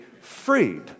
freed